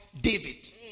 David